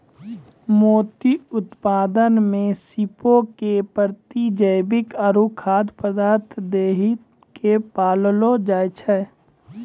मोती के उत्पादनो मे सीपो के प्रतिजैविक आरु खाद्य पदार्थ दै के पाललो जाय छै